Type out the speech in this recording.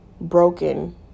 broken